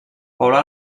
poble